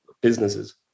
businesses